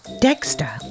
Dexter